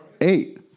eight